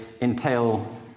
entail